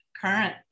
current